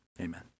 amen